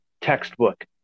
textbook